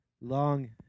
long